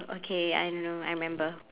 okay I know I remember